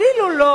אפילו לא